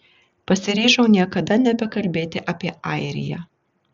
pasiryžau niekada nebekalbėti apie airiją